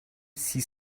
six